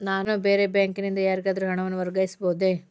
ನಾನು ಬೇರೆ ಬ್ಯಾಂಕ್ ನಿಂದ ಯಾರಿಗಾದರೂ ಹಣವನ್ನು ವರ್ಗಾಯಿಸಬಹುದೇ?